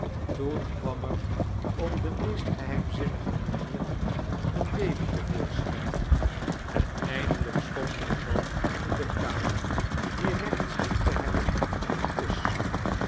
toen kwam er op de meest gebeimizinnige manier een baby te vooxscbijn en eindelijk stond er een man in de kamer die recht scheen te hebben op een